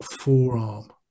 forearm